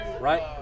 Right